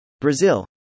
Brazil